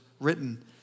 written